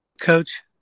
Coach